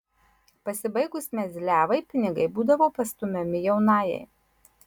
pasibaigus mezliavai pinigai būdavo pastumiami jaunajai